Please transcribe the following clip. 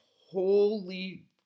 holy